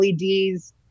LEDs